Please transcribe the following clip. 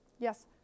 Yes